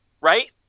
right